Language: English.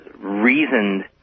reasoned